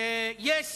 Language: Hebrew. yes,